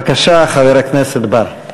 בבקשה, חבר הכנסת בר.